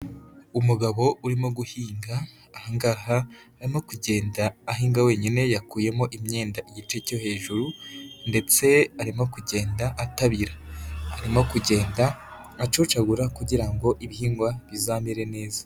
Umugabo urimo guhinga, aha ngaha arimo kugenda ahinga wenyine, yakuyemo imyenda igice cyo hejuru ndetse arimo kugenda atabira, arimo kugenda acocagura kugira ngo ibihingwa bizamere neza.